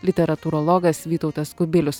literatūrologas vytautas kubilius